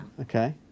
Okay